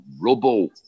rubble